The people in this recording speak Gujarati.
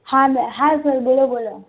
હા બ હા સર બોલો બોલો